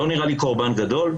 לא נראה לי קורבן גדול,